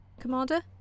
Commander